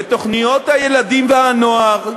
בתוכניות הילדים והנוער,